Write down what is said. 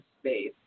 space